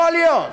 יכול להיות.